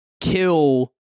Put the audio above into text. kill